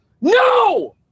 No